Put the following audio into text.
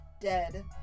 dead